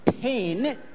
Pain